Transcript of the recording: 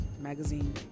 magazine